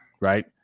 right